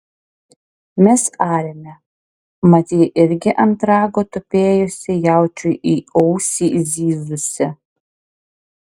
mes arėme mat ji irgi ant rago tupėjusi jaučiui į ausį zyzusi